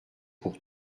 pour